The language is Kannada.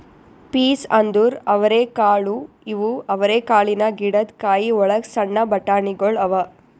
ಪೀಸ್ ಅಂದುರ್ ಅವರೆಕಾಳು ಇವು ಅವರೆಕಾಳಿನ ಗಿಡದ್ ಕಾಯಿ ಒಳಗ್ ಸಣ್ಣ ಬಟಾಣಿಗೊಳ್ ಅವಾ